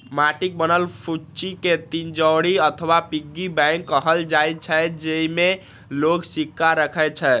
माटिक बनल फुच्ची कें तिजौरी अथवा पिग्गी बैंक कहल जाइ छै, जेइमे लोग सिक्का राखै छै